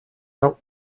out